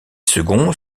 seconds